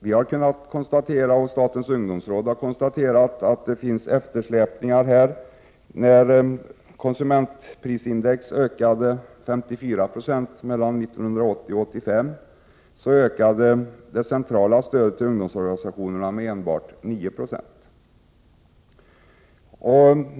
Vi har, liksom statens ungdomsråd, konstaterat att det föreligger eftersläpningar härvidlag. När konsumentprisindex ökade med 54 96 mellan 1980 och 1985, ökade det centrala stödet till ungdomsorganisationerna med endast 9 90.